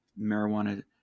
Marijuana